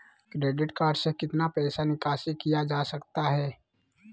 Credit card से कितना पैसा निकासी किया जा सकता है?